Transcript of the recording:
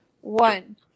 One